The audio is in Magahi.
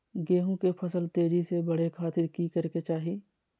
गेहूं के फसल तेजी से बढ़े खातिर की करके चाहि?